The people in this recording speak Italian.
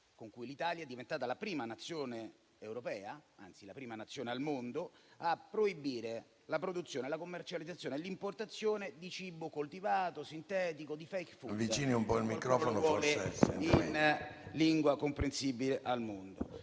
con cui l'Italia è diventata la prima Nazione europea, anzi la prima Nazione al mondo, a proibire la produzione, la commercializzazione e l'importazione di cibo coltivato, sintetico, di *fake food* (in lingua comprensibile al mondo),